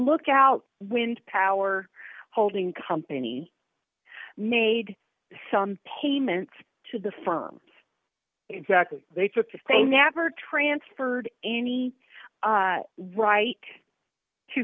lookout wind power holding company made some payments to the firm exactly they took the same never transferred any right to